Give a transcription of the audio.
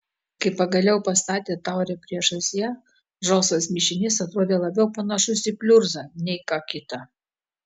kai pagaliau pastatė taurę priešais ją žalsvas mišinys atrodė labiau panašus į pliurzą nei ką kitą